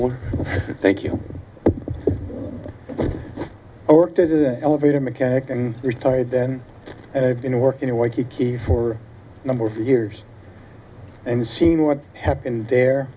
more thank you i worked as an elevator mechanic and retired then and i've been working in waikiki for a number of years and seen what happened there